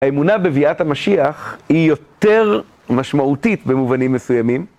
האמונה בביאת המשיח היא יותר משמעותית במובנים מסוימים.